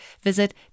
visit